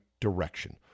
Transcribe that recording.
direction